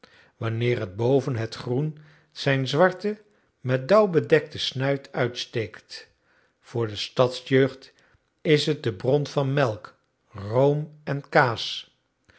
wanneer het boven het groen zijn zwarten met dauw bedekten snuit uitsteekt voor de stadsjeugd is het de bron van melk room en kaas